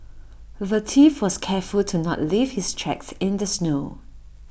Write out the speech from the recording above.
the thief was careful to not leave his tracks in the snow